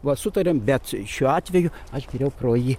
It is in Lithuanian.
va sutariam bet šiuo atveju aš geriau pro jį